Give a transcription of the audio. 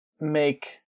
make